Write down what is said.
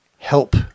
help